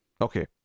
okay